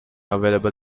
available